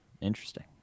Interesting